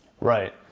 Right